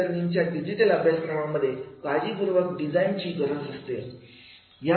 E लर्निंगच्या digital अभ्यासक्रमांमध्ये काळजीपूर्वक डिझाईन ची गरज असते